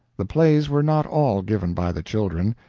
the plays were not all given by the children.